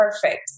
perfect